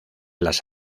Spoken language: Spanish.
las